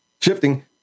shifting